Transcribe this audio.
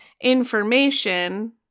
information